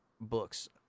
books